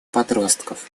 подростков